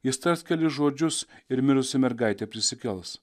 jis tars kelis žodžius ir mirusi mergaitė prisikels